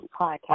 podcast